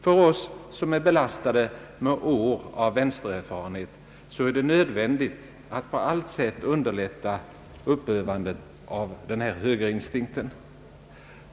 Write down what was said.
För oss som är belastade med år av vänstererfarenhet är det nödvändigt att på allt sätt underlätta uppövandet av högerinstinkten.